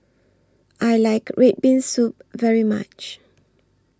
I like Red Bean Soup very much